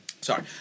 Sorry